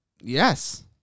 Yes